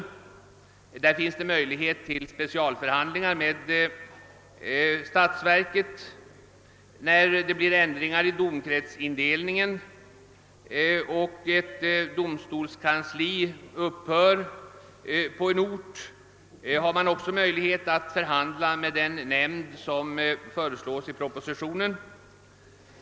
Det skulle finnas möjlighet till särskilda förhandlingar med statsverket när domkretsindelningen ändras, och då ett domstolskansli upphör på en ort skulle man kunna förhandla med den nämnd som föreslås i propositionen.